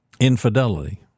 Infidelity